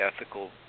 ethical